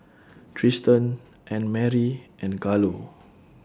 Triston Annmarie and Carlo